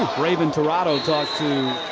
rayven tirado talked to